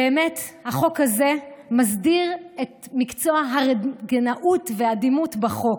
החוק הזה מסדיר את מקצוע הרנטגנאות והדימות בחוק.